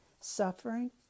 suffering